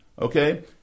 Okay